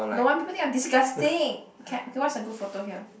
don't want people think I'm disgusting okay what's a good photo here